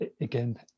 again